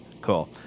Cool